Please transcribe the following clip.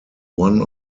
one